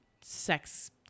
sex